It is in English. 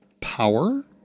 Power